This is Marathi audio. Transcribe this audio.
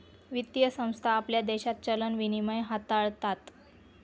वित्तीय संस्था आपल्या देशात चलन विनिमय हाताळतात